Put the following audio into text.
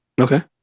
Okay